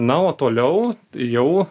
na o toliau jau